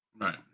right